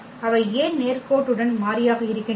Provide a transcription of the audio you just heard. அவை ஏன் நேர்கோட்டுடன் மாறியாக இருக்கின்றன